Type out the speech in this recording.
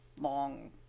long